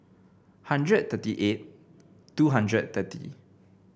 hundred thirty eight two hundred thirty